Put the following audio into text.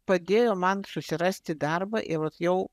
padėjo man susirasti darbą ir vat jau